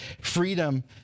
freedom